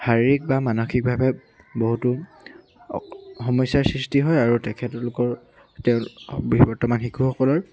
শাৰীৰিক বা মানসিকভাৱে বহুতো সমস্যাৰ সৃষ্টি হয় আৰু তেখেতলোকৰ তেওঁ বৰ্তমান শিশুসকলৰ